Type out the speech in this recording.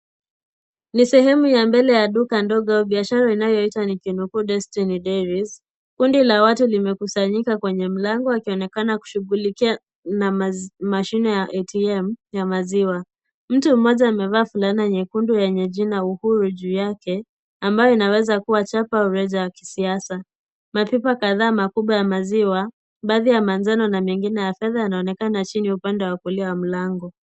Ni sehemu ya mbele ya duka ndogo ya biashara inayoitwa nikinukuu 'Destiny Dairies' kundi la watu limekusanyika kwenye mlango wakionekana waki kushugulikia na mashine ya ATM ya maziwa, mtu mmoja amevaa fulana nyekundu yenye jina uhuru juu yake ambayo inaweza kuwa chapa reja ya kisiasa mabiba kadhaa ya maziwa, baadhi ya manjano na mengine ya fedha yanaonekana chini upande wa kulia wa mlango.